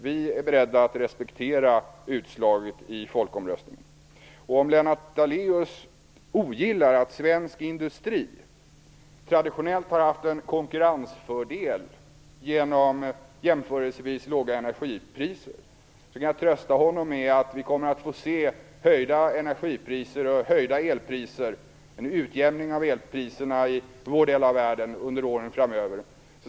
Vi är beredda att respektera utslaget i folkomröstningen. Om Lennart Daléus ogillar att svensk industri traditionellt har haft en konkurrensfördel genom jämförelsevis låga energipriser, kan jag trösta honom med att vi kommer att få se höjda energipriser, höjda elpriser. Det blir en utjämning av elpriserna i vår del av världen under åren framöver.